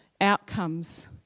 outcomes